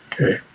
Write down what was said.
okay